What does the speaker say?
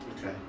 Okay